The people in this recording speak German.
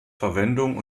verwendung